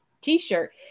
t-shirt